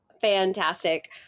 fantastic